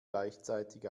gleichzeitig